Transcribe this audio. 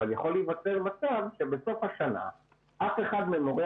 אבל יכול להיווצר מצב שבסוף השנה אף אחד ממורי